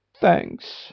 Thanks